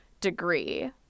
degree